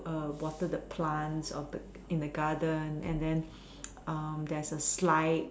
water the plants of the in the garden and then there is a slide